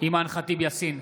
אימאן ח'טיב יאסין,